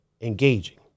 engaging